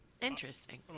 Interesting